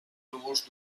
núvols